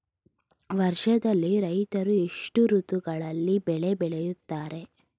ವರ್ಷದಲ್ಲಿ ರೈತರು ಎಷ್ಟು ಋತುಗಳಲ್ಲಿ ಬೆಳೆ ಬೆಳೆಯುತ್ತಾರೆ?